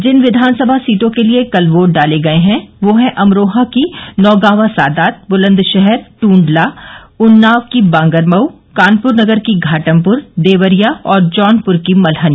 जिन विधानसभा सीटों के लिये कल वोट डाले गये वे है अमरोहा की नौगांवा सादात बुलन्दशहर टूडला उन्नाव की बांगरमऊ कानपुर नगर की घाटमपुर देवरिया और जौनपुर की मल्हनी